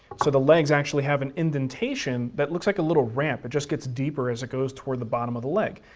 so the legs actually have an indentation that looks like a little ramp that but just gets deeper as it goes toward the bottom of the leg.